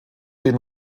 den